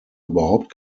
überhaupt